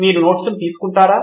మీరు నోట్స్ ను తీసుకుంటారా